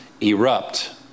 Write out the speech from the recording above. erupt